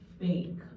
fake